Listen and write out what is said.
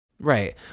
Right